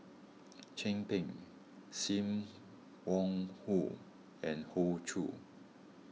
Chin Peng Sim Wong Hoo and Hoey Choo